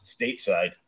stateside